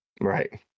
right